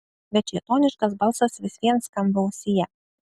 bet šėtoniškas balsas vis vien skamba ausyje